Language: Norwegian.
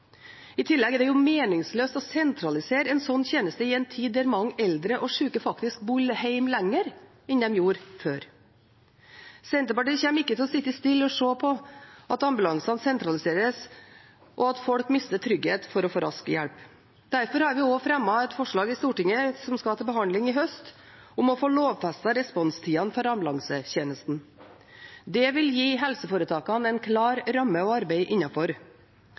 I tillegg er det meningsløst å sentralisere en slik tjeneste i en tid der mange eldre og syke faktisk bor hjemme lenger enn de gjorde før. Senterpartiet kommer ikke til å sitte stille og se på at ambulansene sentraliseres, og at folk mister trygghet for å få hjelp raskt. Derfor har vi også fremmet et forslag i Stortinget, som skal til behandling i høst, om å få lovfestet responstidene for ambulansetjenesten. Det vil gi helseforetakene en klar ramme